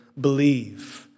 believe